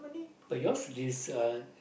but yours is uh